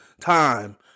time